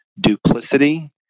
duplicity